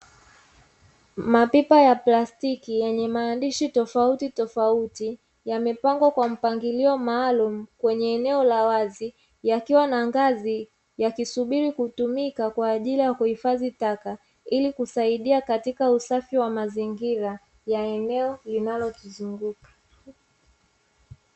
Mapipa ya plastiki yenye maandishi tofauti tofauti yamepangwa kwa mpangilio maalum, kwenye eneo la wazi. Yakiwa na ngazi yakisubiri kutumika kwa ajili ya kuhifadhi taka, ili kusaidia katika usafi wa mazingira ya eneo linalozunguka.